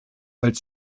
als